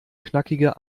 knackige